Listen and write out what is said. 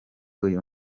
uyu